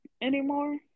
anymore